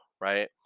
right